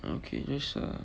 okay just a